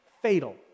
fatal